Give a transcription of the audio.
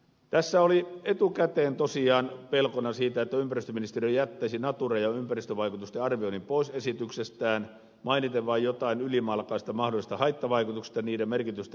tässä oli etukäteen tosiaan pelkona se että ympäristöministeriö jättäisi natura ja ympäristövaikutusten arvioinnin pois esityksestään mainiten vain jotain ylimalkaista mahdollisista haittavaikutuksista niiden merkitystä vähätellen